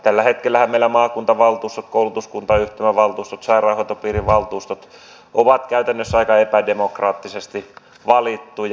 tällä hetkellähän meillä maakuntavaltuustot koulutuskuntayhtymävaltuustot sairaanhoitopiirivaltuustot ovat käytännössä aika epädemokraattisesti valittuja